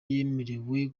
yemerewe